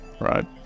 right